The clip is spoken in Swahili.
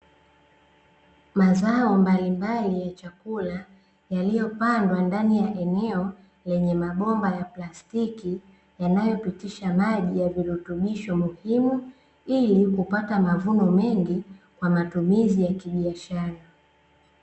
Mazao mbalimbali ya chakula yaliyopandwa ndani ya eneo lenye mabomba ya plastiki yanayopitisha maji ya virutubisho muhimu ili kupata mavuno mengi kwa matumizi ya kibiashara.